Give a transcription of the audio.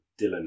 Dylan